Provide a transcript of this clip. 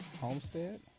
Homestead